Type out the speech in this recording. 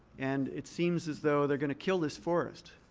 and it seems as though they're going to kill this forest.